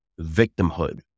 victimhood